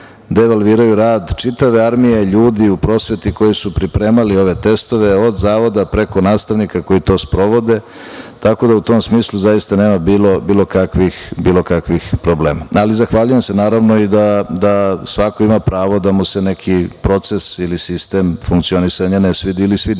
devalviraju rad čitave armije ljudi u prosveti koji su pripremali ove testove od zavoda preko nastavnika koji to sprovode. Tako da, u tom smislu zaista nema bilo kakvih problema. Zahvaljujem se naravno i svako ima pravo da mu se neki proces ili sistem funkcionisanja ne svidi ili svidi,